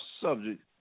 subject